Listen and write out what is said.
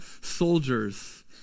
soldiers